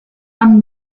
femmes